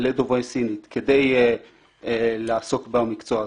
לדוברי סינית כדי לעסוק במקצוע הזה.